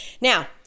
Now